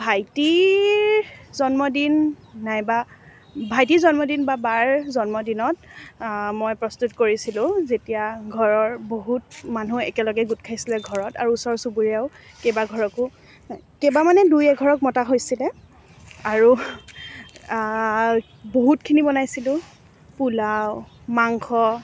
ভাইটিৰ জন্মদিন নাইবা ভাইটিৰ জন্মদিন বা বাৰ জন্মদিনত মই প্ৰস্তুত কৰিছিলোঁ যেতিয়া ঘৰৰ বহুত মানুহ একেলগে গোট খাইছিলে ঘৰত আৰু ওচৰ চুবুৰীয়াও কেইবা ঘৰকো কেইবা মানে দুই এঘৰক মতা হৈছিলে আৰু বহুতখিনি বনাইছিলোঁ পোলাও মাংস